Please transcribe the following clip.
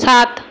সাত